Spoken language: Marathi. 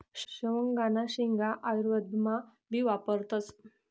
शेवगांना शेंगा आयुर्वेदमा भी वापरतस